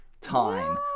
time